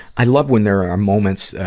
i love when there are moments, ah,